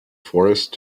forest